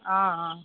অঁ অঁ